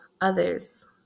others